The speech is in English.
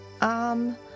Um